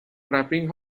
trapping